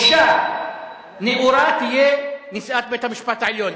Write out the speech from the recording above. אשה נאורה תהיה נשיאת בית-המשפט העליון.